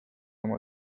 oma